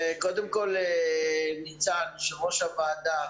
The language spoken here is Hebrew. קודם כל, ניצן יושב-ראש הוועדה,